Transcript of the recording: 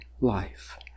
life